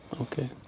Okay